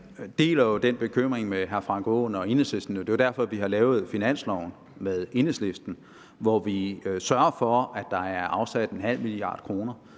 Jeg deler den bekymring med hr. Frank Aaen og Enhedslisten, og det er jo derfor, vi har lavet finansloven med Enhedslisten, og vi sørger for, at der er afsat ½ mia. kr.